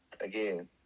again